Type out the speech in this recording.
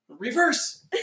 Reverse